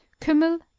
kummel,